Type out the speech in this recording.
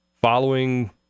following